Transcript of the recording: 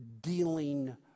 dealing